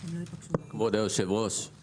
כבוד היושב-ראש,